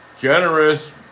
generous